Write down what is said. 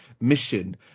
mission